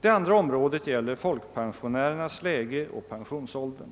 Det andra området gäller folkpensionärernas läge och pensionsåldern.